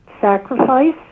sacrifice